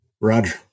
Roger